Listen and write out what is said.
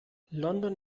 london